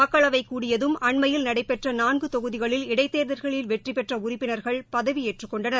மக்களவை கூடியதும் அண்மையில் நடைபெற்ற நான்கு தொகுதிகளில் இடைத்தேர்தல்களில் வெற்றிப் பெற்ற உறுப்பினர்கள் பதவியேற்றுக் கொண்டனர்